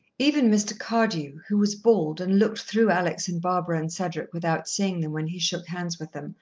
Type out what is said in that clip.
even mr. cardew, who was bald and looked through alex and barbara and cedric without seeing them when he shook hands with them,